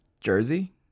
Jersey